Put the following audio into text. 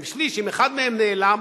אם אחד מהם נעלם,